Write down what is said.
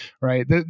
right